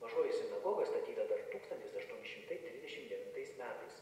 mažoji sinagoga statyta dar tūkstantis aštuoni šimtai trisdešimt devintais metais